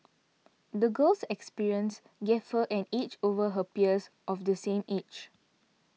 the girl's experiences gave her an edge over her peers of the same age